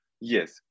Yes